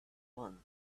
won